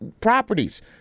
properties